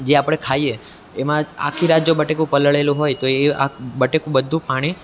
જે આપણે ખાઈએ એમાં આખી રાત જો બટેકું પલળેલું હોય તો એ આ બટેકું બધું પાણી